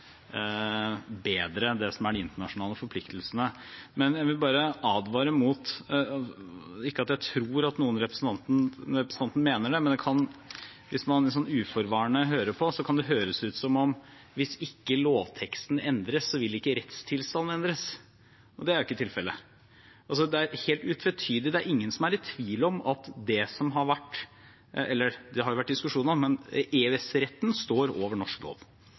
bedre det som er de internasjonale forpliktelsene. Men jeg vil bare advare litt – ikke at jeg tror at noen av representantene mener det, men hvis man uforvarende hører på, kan det høres ut som om at hvis ikke lovteksten endres, vil ikke rettstilstanden endres. Det er jo ikke tilfellet. Det er helt utvetydig, det er ingen som er i tvil om at det som har vært her – det har jo vært diskusjoner, men EØS-retten står over norsk lov